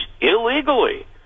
illegally